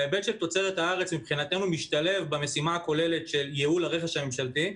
ההיבט של תוצרת הארץ משתלב במשימה הכוללת של ייעול הרכש הממשלתי,